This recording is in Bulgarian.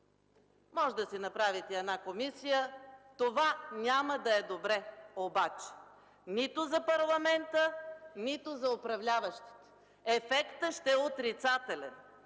можете да си направите една комисия – това няма да е добре обаче нито за парламента, нито за управляващите. Ефектът ще е отрицателен!